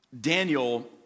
Daniel